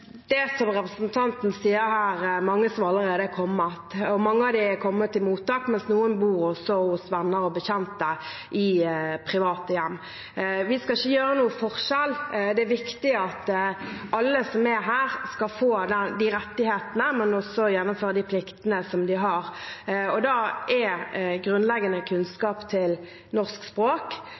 Det er, som representanten sier, mange som allerede er kommet. Mange av dem har kommet til mottak, mens noen bor hos venner og bekjente i private hjem. Vi skal ikke gjøre forskjell på noen. Det er viktig at alle som er her, skal få rettighetene, men også gjennomføre de pliktene som de har. Da er grunnleggende kunnskap i norsk språk